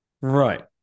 right